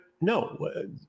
no